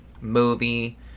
movie